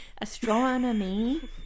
Astronomy